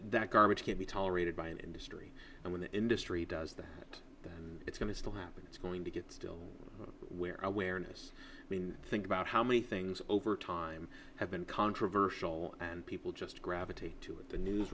that garbage can be tolerated by an industry and when the industry does that it's going to happen it's going to get still where awareness we think about how many things over time have been controversial and people just gravity to it the news